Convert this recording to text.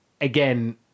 again